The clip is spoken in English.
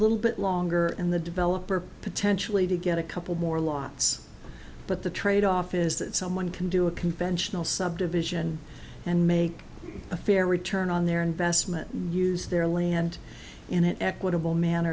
little bit longer and the developer potentially to get a couple more lots but the trade off is that someone can do a conventional subdivision and make a fair return on their investment use their land in an equitable man